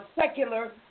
secular